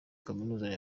kaminuza